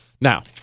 Now